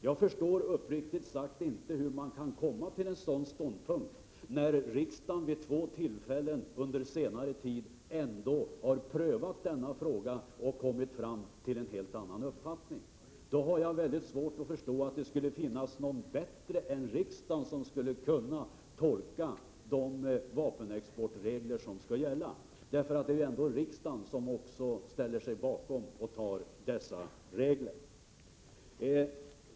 Jag förstår uppriktigt sagt inte hur man kan komma till en sådan ståndpunkt när riksdagen vid två tillfällen under senare tid ändå har prövat denna fråga och kommit till en helt annan uppfattning. Jag har svårt att förstå att det kan finnas någon som bättre än riksdagen kan tolka de vapenexportregler som gäller; det är ju ändå riksdagen som fattat beslut om dessa regler.